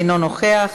אינו נוכח.